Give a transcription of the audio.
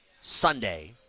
Sunday